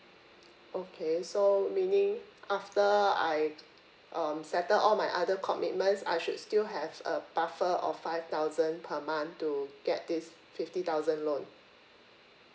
okay so meaning after I um settle all my other commitments I should still have a puffer of five thousand per month to get this fifty thousand loan